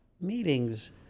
meetings